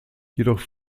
jedoch